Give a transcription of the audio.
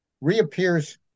reappears